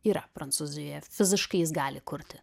yra prancūzijoje fiziškai jis gali kurti